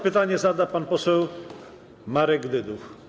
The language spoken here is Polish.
Pytanie zada pan poseł Marek Dyduch.